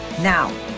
now